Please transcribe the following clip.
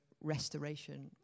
restoration